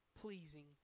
pleasing